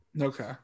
Okay